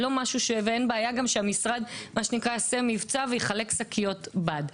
אין בעיה גם שהמשרד יעשה מבצע ויחלק שקיות בד.